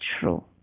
true